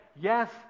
yes